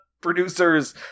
producers